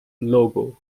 logo